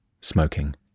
smoking